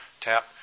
tap